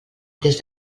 des